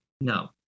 no